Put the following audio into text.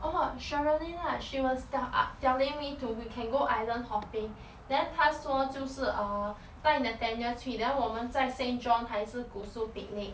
orh sherilyn lah she was tell~ ah telling me to we can go island hopping then 她说就是 uh 带 natania 去 then 我们在 saint john 还是 kusu picnic